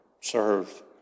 serve